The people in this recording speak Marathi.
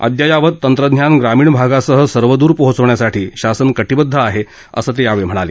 अद्ययावत तंत्रज्ञान ग्रामीण भागासह सर्वदूर पोहोचविण्यासाठी शासन कटिबद्ध आहेअसं ते म्हणाले